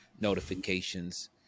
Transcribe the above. notifications